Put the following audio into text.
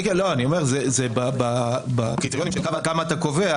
זה בקריטריונים של כמה אתה קובע